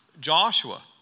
Joshua